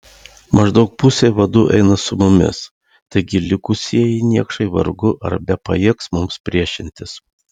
maždaug pusė vadų eina su mumis taigi likusieji niekšai vargu ar bepajėgs mums priešintis